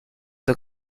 the